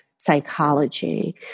psychology